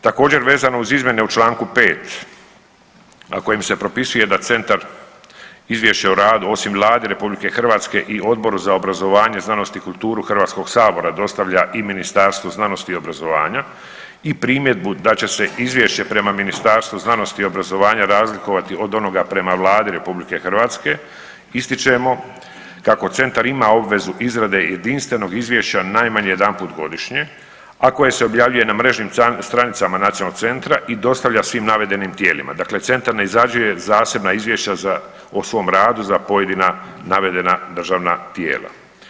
Također vezano uz izmjene u čl. 5., a kojim se propisuje da centar izvješće o radu osim Vladi RH i Odboru za obrazovanje, znanost i kulturu HS dostavlja i Ministarstvu znanosti i obrazovanja i primjedbu da će se izvješće prema Ministarstvu znanosti i obrazovanja razlikovati od onoga prema Vladi RH ističemo kako centar ima obvezu izrade jedinstvenog izvješća najmanje jedanput godišnje, a koje se objavljuje na mrežnim stranicama nacionalnog centra i dostavlja svim navedenim tijelima, dakle centar ne izrađuje zasebna izvješća o svom radu za pojedina navedena državna tijela.